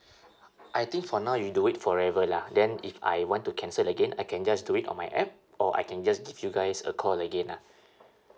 I think for now you do it forever lah then if I want to cancel again I can just do it on my app or I can just give you guys a call again lah